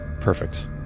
Perfect